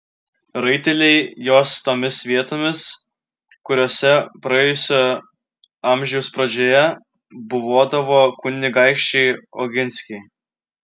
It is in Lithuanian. raiteliai jos tomis vietomis kuriose praėjusio amžiaus pradžioje buvodavo kunigaikščiai oginskiai